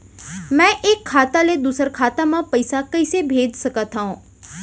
मैं एक खाता ले दूसर खाता मा पइसा कइसे भेज सकत हओं?